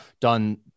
done